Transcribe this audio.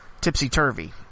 tipsy-turvy